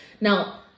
Now